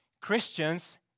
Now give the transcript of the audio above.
Christians